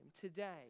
Today